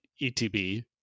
ETB